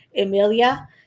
Emilia